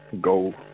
go